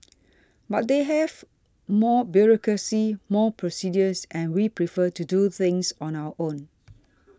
but they have more bureaucracy more procedures and we prefer to do things on our own